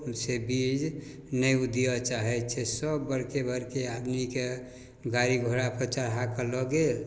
से ओ बीज नहि ओ दिअऽ चाहै छै सब बड़के बड़के आदमीके गाड़ी घोड़ापर चढ़ाकऽ लऽ गेल